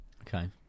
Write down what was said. Okay